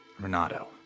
Renato